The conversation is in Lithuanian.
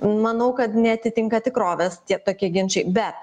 manau kad neatitinka tikrovės tie tokie ginčai bet